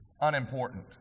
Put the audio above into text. unimportant